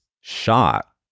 shot